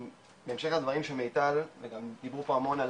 בהמשך לדברים של מיטל וגם דיברו פה המון על